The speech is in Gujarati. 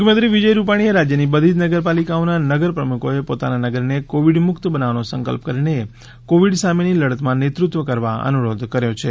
મુખ્યમંત્રી વિજય રૂપાણીએ રાજ્યની બધી જ નગરપાલિકાઓના નગર પ્રમુખોએ પોતાના નગરને કોવિડ મુક્ત બનાવવાનો સંકલ્પ કરીને કોવિડ સામેની લડતમાં નેતૃત્વ કરવા અનુરોધ કર્યો છે